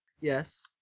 Yes